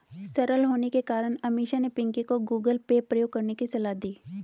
सरल होने के कारण अमीषा ने पिंकी को गूगल पे प्रयोग करने की सलाह दी